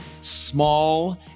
small